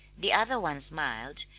the other one smiled,